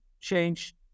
change